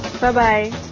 Bye-bye